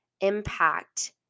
impact